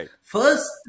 First